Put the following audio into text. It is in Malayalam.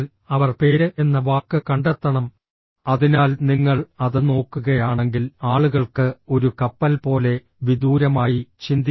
അതിനാൽ അവർ പേര് എന്ന വാക്ക് കണ്ടെത്തണം അതിനാൽ നിങ്ങൾ അത് നോക്കുകയാണെങ്കിൽ ആളുകൾക്ക് ഒരു കപ്പൽ പോലെ വിദൂരമായി ചിന്തിക്കാം